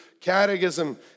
catechism